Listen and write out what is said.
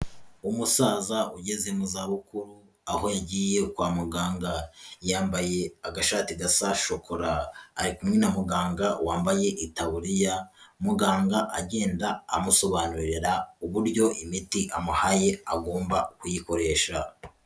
Umusaza ugeze mu zabukuru aho yagiye kwa muganga, yambaye agashati gasa shokora ari kumwe na muganga wambaye itaburiya, muganga agenda amusobanurira uburyo imiti amuhaye agomba kuyikoresha.